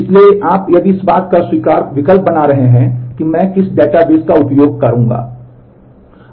इसलिए यदि आप इस बात का विकल्प बना रहे हैं कि मैं किस डेटाबेस का उपयोग करूंगा